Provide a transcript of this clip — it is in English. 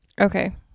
Okay